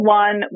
one